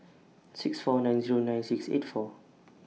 six four nine Zero nine six eight four